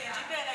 אגיד לך,